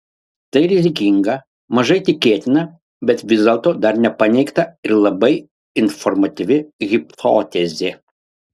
tai rizikinga mažai tikėtina bet vis dėlto dar nepaneigta ir labai informatyvi hipotezė